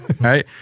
Right